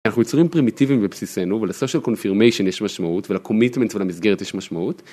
אנחנו יצורים פרימיטיבים בבסיסנו ול-social confirmation יש משמעות ול-commitment ולמסגרת יש משמעות.